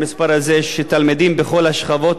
תלמידים בכל השכבות ובכל הרמות,